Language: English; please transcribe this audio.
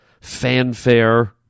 fanfare